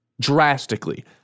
drastically